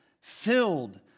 filled